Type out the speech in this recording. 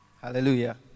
Hallelujah